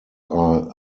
are